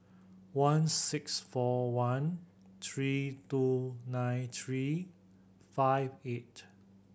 one six four one three two nine three five eight